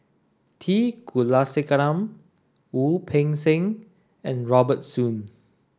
T Kulasekaram Wu Peng Seng and Robert Soon